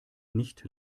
nicht